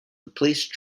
replaced